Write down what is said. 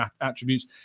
attributes